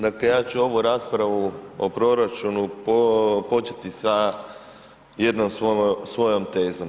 Dakle ja ću ovu raspravu o proračunu početi sa jednom svojom tezom.